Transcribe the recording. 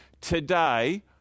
today